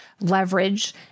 leverage